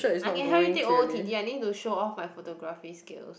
I can help you take over t_d_i need to show off my photography skills